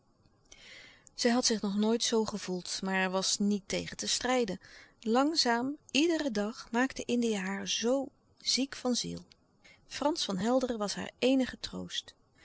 zij had zich nog nooit zoo gevoeld maar er was niet tegen te strijden langzaam iederen dag maakte indië haar zoo ziek van ziel frans van helderen was haar eenige troost